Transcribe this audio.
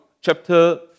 chapter